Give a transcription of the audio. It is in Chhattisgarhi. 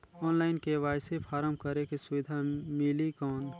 ऑनलाइन के.वाई.सी फारम करेके सुविधा मिली कौन?